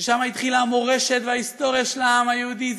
ששם התחילה המורשת וההיסטוריה של העם היהודי,